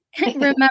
Remember